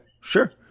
sure